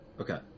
Okay